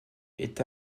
est